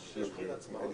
שאני צריכה שיגיעו להסכמה,